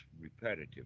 repetitive